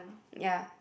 ya